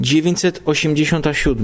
987